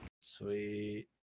Sweet